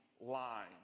line